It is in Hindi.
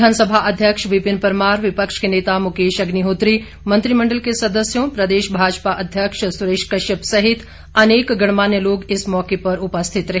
विधानसभा अध्यक्ष विपिन परमार विपक्ष के नेता मुकेश अग्निहोत्री मंत्रिमंडल के सदस्यों प्रदेश भाजपा अध्यक्ष सुरेश कश्यप सहित अनेक गणमान्य लोग इस मौके पर उपस्थित रहे